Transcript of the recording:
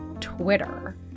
Twitter